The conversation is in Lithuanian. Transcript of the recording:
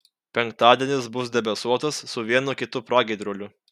penktadienis bus debesuotas su vienu kitu pragiedruliu